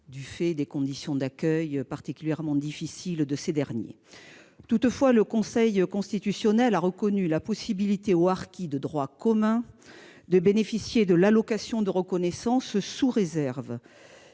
du fait des conditions d'accueil particulièrement difficiles de ces derniers. Toutefois, le Conseil constitutionnel a reconnu la possibilité pour les harkis de droit commun de bénéficier de l'allocation de reconnaissance sous réserve